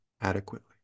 adequately